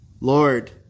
Lord